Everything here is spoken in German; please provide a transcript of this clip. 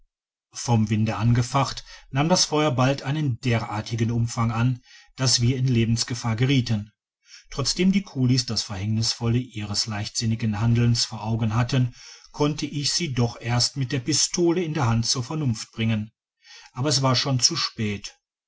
vom winde angefacht nahm das feuer bald einen derartigen umfang an dass wir in lebensgefahr gerieten trotzdem die kulis das verhängnisvolle ihres leichtsinnigen handelns vor augen hatten konnte ich sie doch erst mit der pistole in der hand zur vernunft bringen aber es war schon zu spät